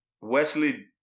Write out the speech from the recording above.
Wesley